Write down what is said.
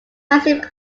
massive